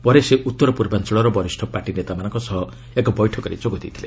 ପରେ ସେ ଉତ୍ତରପୂର୍ବାଞ୍ଚଳର ବରିଷ୍ଣ ପାର୍ଟି ନେତାମାନଙ୍କ ସହ ଏକ ବୈଠକରେ ଯୋଗ ଦେଇଥିଲେ